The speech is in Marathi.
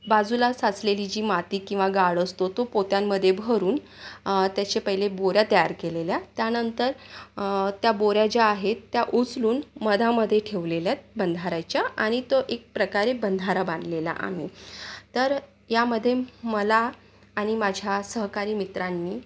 बाजूला साचलेली जी माती किंवा गाळ असतो तो पोत्यांमध्ये भरून त्याचे पहिले बोऱ्या तयार केलेल्या त्यानंतर त्या बोऱ्या ज्या आहेत त्या उचलून मधामध्ये ठेवलेल्यात बंधाऱ्याच्या आणि तो एक प्रकारे बंधारा बांधलेला आम्ही तर यामध्ये मला आणि माझ्या सहकारी मित्रांनी